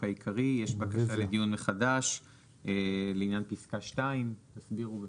העיקרי יש בקשה לדיון מחדש לעניין פסקה 2. תסבירו בבקשה.